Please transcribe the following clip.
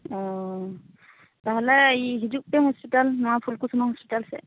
ᱚᱻ ᱛᱟᱦᱚᱞᱮ ᱦᱤᱡᱩᱜ ᱯᱮ ᱦᱳᱥᱯᱤᱴᱟᱞ ᱱᱚᱶᱟ ᱯᱷᱩᱞᱠᱩᱥᱢᱟᱹ ᱦᱳᱥᱯᱤᱴᱟᱞ ᱥᱮᱫ